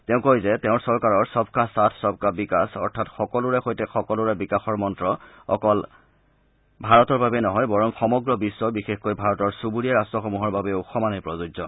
তেওঁ কয় যে তেওঁৰ চৰকাৰৰ সবকা চাথ সবকা বিকাশ অৰ্থাৎ সকলোৰে সৈতে সকলোৰে বিকাশৰ মন্ত্ৰ অকল আমাৰ দেশৰ বাবেই নহয় বৰং সমগ্ৰ বিশ্ব বিশেষকৈ ভাৰতৰ চুবুৰীয়া ৰাট্টসমূহৰ বাবেও সমানেই প্ৰযোজ্য